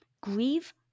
grieve